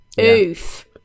oof